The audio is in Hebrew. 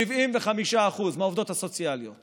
75% מהעובדות הסוציאליות